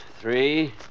Three